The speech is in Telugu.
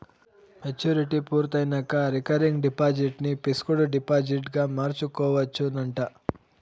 మెచ్యూరిటీ పూర్తయినంక రికరింగ్ డిపాజిట్ ని పిక్సుడు డిపాజిట్గ మార్చుకోవచ్చునంట